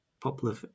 popular